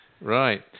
right